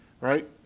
right